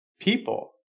people